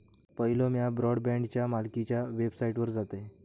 पयलो म्या ब्रॉडबँडच्या मालकीच्या वेबसाइटवर जातयं